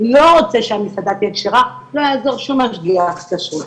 לא רוצה שהמסעדה תהיה כשרה לא יעזור שום משגיח כשרות,